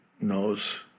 knows